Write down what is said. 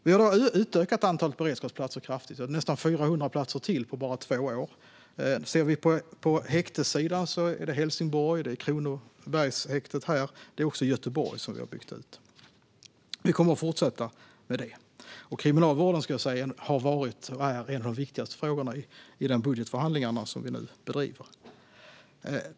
Vi har utökat antalet beredskapsplatser kraftigt. Det har blivit nästan 400 platser till på bara två år. På häktessidan är det Helsingborg, Kronobergshäktet och Göteborg som vi har byggt ut. Vi kommer att fortsätta med detta. Kriminalvården har varit och är en av de viktigaste frågorna i de budgetförhandlingar som vi nu bedriver.